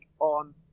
on